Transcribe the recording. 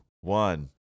one